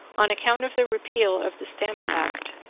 on account of the repeal of the stamp act.